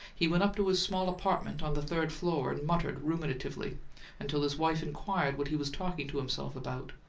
he went up to his small apartment on the third floor and muttered ruminatively until his wife inquired what he was talking to himself about.